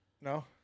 No